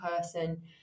person